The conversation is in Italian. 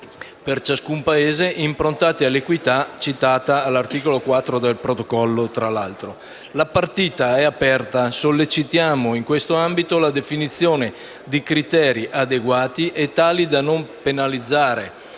per ciascun Paese improntati all'equità citata all'articolo 4 del Protocollo. La partita è aperta: sollecitiamo in questo ambito la definizione di criteri adeguati e tali da non penalizzare